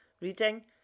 reading